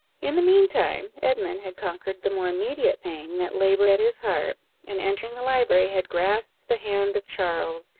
in the mean time, edmund had conquered the more immediate pang that laboured at his heart, and, entering the library, had grasped the hand of charles,